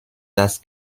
das